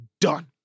done